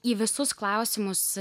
į visus klausimus